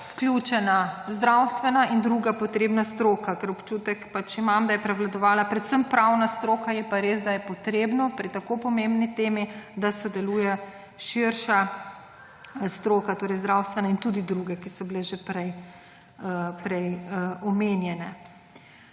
vključena zdravstvena in druga potrebna stroka. Občutek imam, da je prevladovala predvsem pravna stroka. Je pa res, da je potrebno, da pri tako pomembni temi sodeluje širša stroka, torej zdravstvena in tudi druge, ki so bile že prej omenjene.